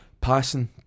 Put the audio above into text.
passing